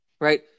right